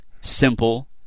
Simple